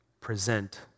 present